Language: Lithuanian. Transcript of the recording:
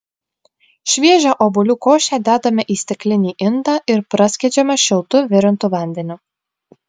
šviežią obuolių košę dedame į stiklinį indą ir praskiedžiame šiltu virintu vandeniu